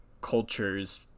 cultures